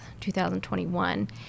2021